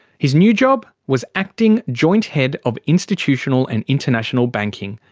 his new job was acting joint head of institutional and international banking.